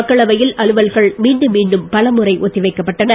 மக்களவையில் அலுவல்கள் மீண்டும் பலமுறை ஒத்தி வைக்கப்பட்டன